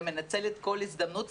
ומנצלת כל הזדמנות,